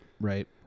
right